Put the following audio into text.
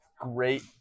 Great